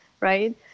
right